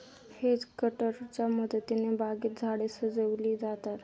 hedge कटरच्या मदतीने बागेत झाडे सजविली जातात